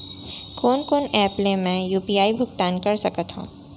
कोन कोन एप ले मैं यू.पी.आई भुगतान कर सकत हओं?